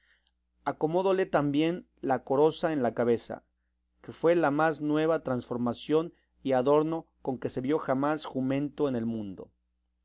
acomodóle también la coroza en la cabeza que fue la más nueva transformación y adorno con que se vio jamás jumento en el mundo